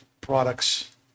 products